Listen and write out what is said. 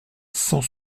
cent